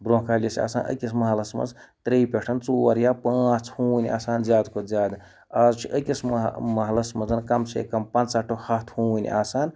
برونٛہہ کالہِ ٲسۍ آسان أکِس محلس منٛز ترٛیٚیہِ پٮ۪ٹھ ژور یا پانٛژھ ہوٗںۍ آسان زیادٕ کھۄتہٕ زیادٕ اَز چھُ أکِس مح محلس منٛز کَم سے کَم پنٛژاہ ٹُہ ہَتھ ہوٗنۍ آسان